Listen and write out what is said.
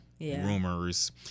rumors